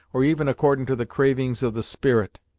or even accordin' to the cravings of the spirit.